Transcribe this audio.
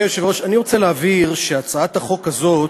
אדוני היושב-ראש, אני רוצה להבהיר שהצעת החוק הזאת